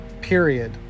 period